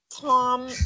Tom